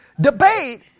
debate